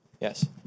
Yes